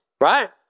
right